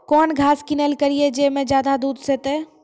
कौन घास किनैल करिए ज मे ज्यादा दूध सेते?